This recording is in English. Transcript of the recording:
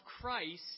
Christ